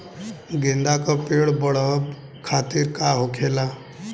गेंदा का पेड़ बढ़अब खातिर का होखेला?